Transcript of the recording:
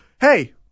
Hey